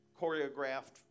choreographed